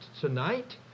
tonight